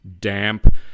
damp